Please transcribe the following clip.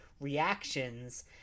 reactions